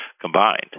combined